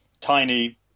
tiny